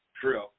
True